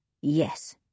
Yes